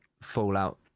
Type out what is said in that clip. fallout